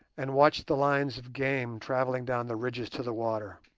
and watch the lines of game travelling down the ridges to the water.